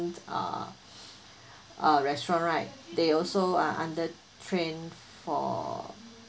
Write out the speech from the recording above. err uh restaurant right they also are under trained for